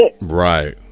Right